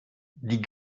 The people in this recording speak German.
die